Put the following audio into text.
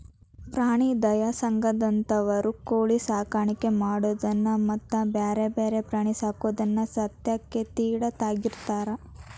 ಪ್ರಾಣಿ ದಯಾ ಸಂಘದಂತವರು ಕೋಳಿ ಸಾಕಾಣಿಕೆ ಮಾಡೋದನ್ನ ಮತ್ತ್ ಬ್ಯಾರೆ ಬ್ಯಾರೆ ಪ್ರಾಣಿ ಸಾಕೋದನ್ನ ಸತೇಕ ತಿಡ್ಡ ತಗಿತಾರ